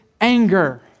anger